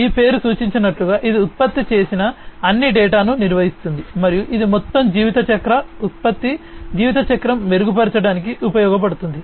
ఈ పేరు సూచించినట్లుగా ఇది ఉత్పత్తి చేసిన అన్ని డేటాను నిర్వహిస్తుంది మరియు ఇది మొత్తం జీవిత చక్ర ఉత్పత్తి జీవితచక్రం మెరుగుపరచడానికి ఉపయోగించబడుతుంది